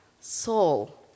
soul